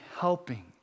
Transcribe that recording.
helping